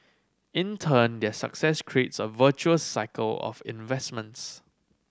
in turn their success creates a virtuous cycle of investments